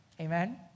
amen